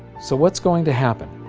so what's going to happen?